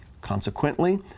consequently